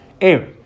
air